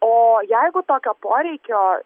o jeigu tokio poreikio